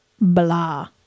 blah